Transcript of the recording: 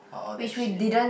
or all that shit